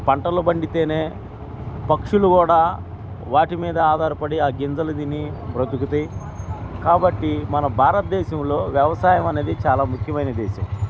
పంటలు బండితేనే పక్షులు కూడా వాటి మీద ఆధారపడి ఆ గింజలు తిని బ్రతుకుతాయి కాబట్టి మన భారతదేశంలో వ్యవసాయం అనేది చాలా ముఖ్యమైన దేశం